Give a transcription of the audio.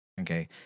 Okay